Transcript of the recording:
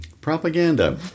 Propaganda